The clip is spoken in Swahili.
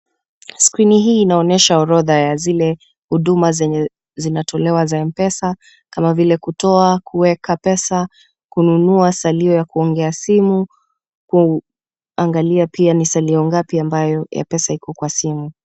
Skrini hii inaonyesha orodha ya zile huduma zenye zinatolewa za mpesa kama vile kutoa, kuweka pesa, kununua salio ya kuongea simu, kuangalia pia ni salio ngapi ambayo ya pesa iko kwa simu.